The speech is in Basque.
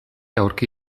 aurki